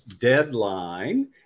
Deadline